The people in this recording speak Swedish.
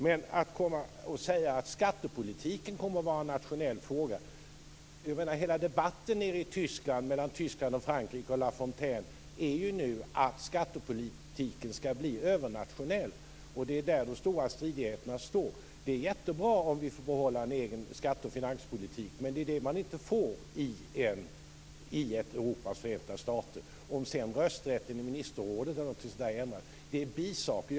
Men att komma och säga att skattepolitiken kommer att vara en nationell fråga, när hela debatten mellan Tyskland och Frankrike, driven av bl.a. Lafontaine, handlar om att skattepolitiken skall bli övernationell. Det är där de stora stridigheterna står. Det är jättebra om vi får behålla en egen skatte och finanspolitik, men det är det man inte får i ett Europas förenta stater. Om sedan rösträtten i ministerrådet eller något sådant ändras är bisaker.